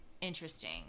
interesting